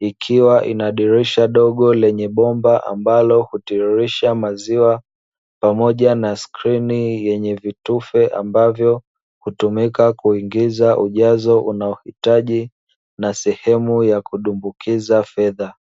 ikiwa ina dirisha dogo lenye bomba ambalo hutiririsha maziwa pamoja na skrini yenye vitufe ambavyo hutumika kuingiza ujazo unaohitaji, na sehemu ya kudumbukiza fedha.